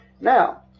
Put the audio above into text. now